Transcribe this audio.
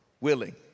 willing